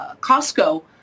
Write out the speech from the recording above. Costco